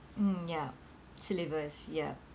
mm ya syllabus ya